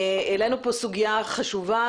העלינו פה סוגיה חשובה,